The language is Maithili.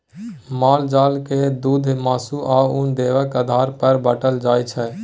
माल जाल के दुध, मासु, आ उन देबाक आधार पर बाँटल जाइ छै